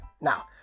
Now